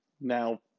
now